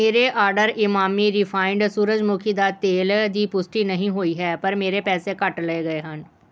ਮੇਰੇ order Emami refined ਸੂਰਜਮੁਖੀ ਦਾ ਤੇਲ ਦੀ ਪੁਸ਼ਟੀ ਨਹੀਂ ਹੋਈ ਹੈ ਪਰ ਮੇਰੇ ਪੈਸੇ ਕੱਟ ਲਏ ਗਏ ਹਨ